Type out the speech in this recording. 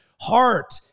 heart